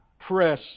press